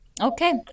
Okay